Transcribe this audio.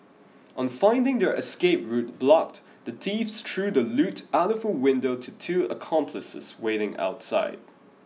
on finding their escape route blocked the thieves threw the loot out of a window to two accomplices waiting outside